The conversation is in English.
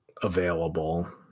available